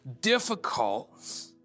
difficult